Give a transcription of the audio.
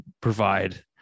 provide